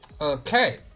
Okay